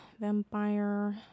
Vampire